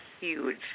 huge